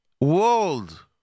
world